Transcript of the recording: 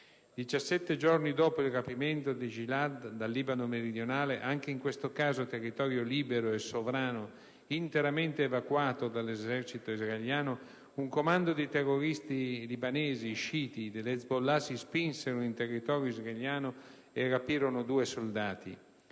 giorni dopo il rapimento di Gilad, dal Libano meridionale, anche in questo caso territorio libero e sovrano interamente evacuato dall'esercito israeliano, un commando di terroristi libanesi sciiti dell'Hezbollah si spinsero in territorio israeliano e rapirono due soldati.